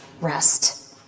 rest